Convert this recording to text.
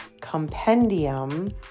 compendium